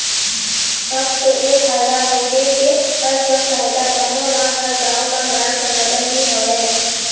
अब तो ऐ फायदा होगे के हर स्व सहायता समूह म हर गाँव म ग्राम संगठन भी हवय